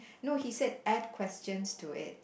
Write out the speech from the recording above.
no he said add questions to it